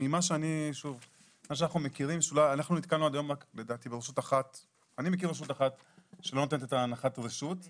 אני מכיר רשות אחת שלא נותנת את הנחת רשות.